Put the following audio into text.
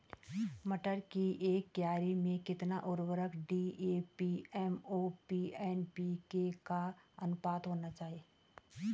मटर की एक क्यारी में कितना उर्वरक डी.ए.पी एम.ओ.पी एन.पी.के का अनुपात होना चाहिए?